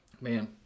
man